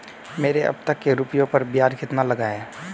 मेरे अब तक के रुपयों पर ब्याज कितना लगा है?